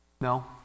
No